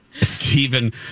Stephen